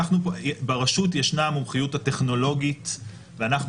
ברשות ישנה המומחיות הטכנולוגית ואנחנו